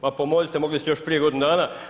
Pa pomozite, mogli ste još prije godinu dana.